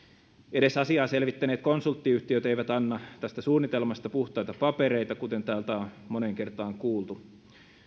edes asiaa selvittäneet konsulttiyhtiöt eivät anna tästä suunnitelmasta puhtaita papereita kuten täällä on moneen kertaan kuultu